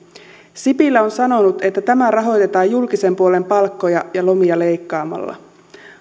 sipilä on sanonut että tämä rahoitetaan julkisen puolen palkkoja ja lomia leikkaamalla